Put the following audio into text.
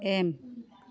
M